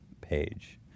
page